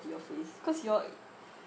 your face cause your